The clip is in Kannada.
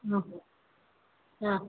ಹಾಂ ಹಾಂ